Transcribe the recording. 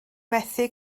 methu